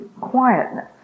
quietness